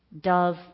Dove